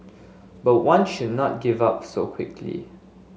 but one should not give up so quickly